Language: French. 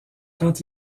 quand